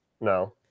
No